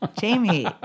Jamie